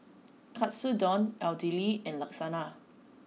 Katsudon Idili and Lasagna